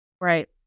Right